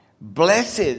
Blessed